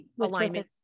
alignment